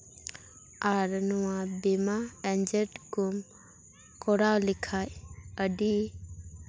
ᱟᱨ ᱱᱚᱣᱟ ᱵᱤᱢᱟ ᱮᱹᱡᱮᱱᱴ ᱠᱚ ᱠᱚᱨᱟᱣ ᱞᱮᱠᱷᱟᱡ ᱟᱹᱰᱤ